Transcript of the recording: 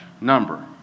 number